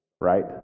right